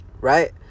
Right